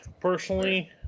personally